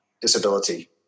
disability